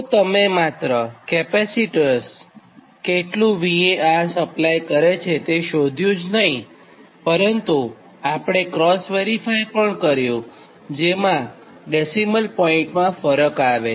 તો તમે માત્ર કેપેસિટન્સ કેટલું VAR સપ્લાય કરે છે તે શોધ્યુ જ નહીંપરંતુ આપણે ક્રોસ વેરીફાય પણ કર્યુંજેમાં ડેસિમલ પોઈન્ટમાં જ ફરક આવે છે